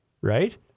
right